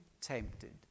tempted